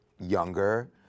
younger